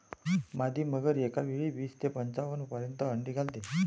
मादी मगर एकावेळी वीस ते पंच्याण्णव पर्यंत अंडी घालते